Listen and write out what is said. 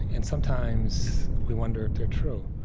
and sometimes, we wonder if they're true,